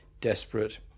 Desperate